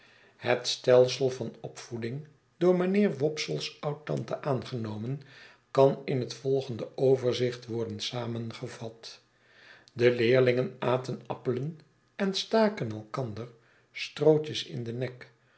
het stelsel van opvoeding door mijnheer wopsle's oudtante aangenomen kan in het volgende overzicht worden samengevat de leerlingen aten appelen en staken elkander strootjes in den nek